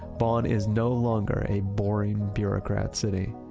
bonn is no longer a boring, bureaucrat city.